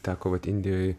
teko vat indijoj